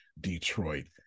Detroit